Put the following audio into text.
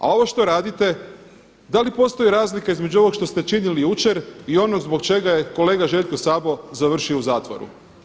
A ovo što radite, da li postoji razlika između ovog što ste činili jučer i onog zbog čega je kolega Željko Sabo završio u zatvoru?